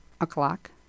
o'clock